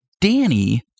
Danny